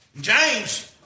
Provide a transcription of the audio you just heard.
James